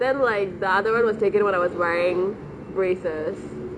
then like the other [one] was taken when I was wearing braces